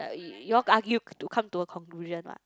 you'll argue to come to a conclusion what